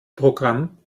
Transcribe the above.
programm